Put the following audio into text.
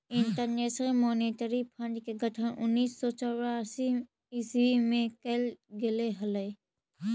international monetary fund के गठन उन्नीस सौ चौवालीस ईस्वी में कैल गेले हलइ